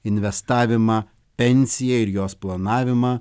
investavimą pensiją ir jos planavimą